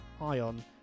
Ion